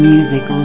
Music